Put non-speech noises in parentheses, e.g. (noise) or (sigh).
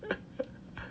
(laughs)